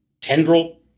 tendril